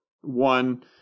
one